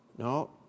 No